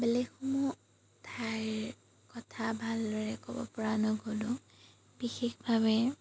বেলেগসমূহ ঠাইৰ কথা ভালদৰে ক'ব পৰা ন'গলেও বিশেষভাৱে